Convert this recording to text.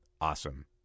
Awesome